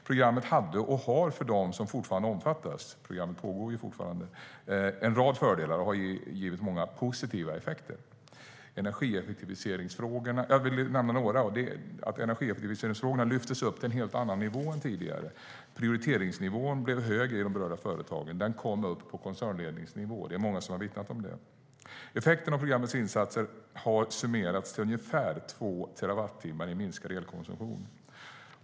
Programmet hade och har för dem som fortfarande omfattas - det pågår ju fortfarande - en rad fördelar och har givit många positiva effekter. Jag vill nämna några. Energieffektiviseringsfrågorna lyftes upp till en helt annan prioriteringsnivå i de berörda företagen och kom upp på koncernledningsnivå. Det är många som har vittnat om det. Effekten av programmets insatser har summerats till ungefär två terawattimmar i minskad elkonsumtion.